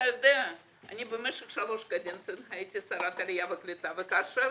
אני במשך שלוש קדנציות הייתי שרת העלייה והקליטה וכאשר